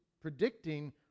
predicting